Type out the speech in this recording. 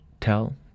tell